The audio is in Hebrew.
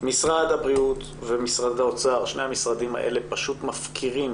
שמשרד הבריאות ומשרד האוצר פשוט מפקירים